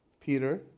Peter